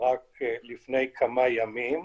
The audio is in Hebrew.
רק לפני כמה ימים.